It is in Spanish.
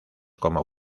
como